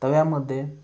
तव्यामध्ये